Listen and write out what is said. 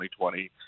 2020